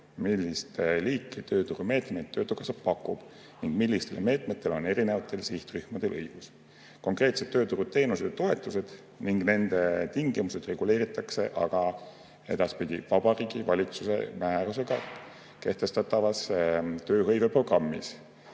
millist liiki tööturumeetmeid töötukassa pakub ning millistele meetmetele on erinevatel sihtrühmadel õigus. Konkreetsed tööturuteenused ja -toetused ning nende tingimused reguleeritakse aga edaspidi Vabariigi Valitsuse määrusega kehtestatavas tööhõiveprogrammis.